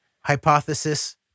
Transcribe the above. hypothesis